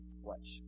Watch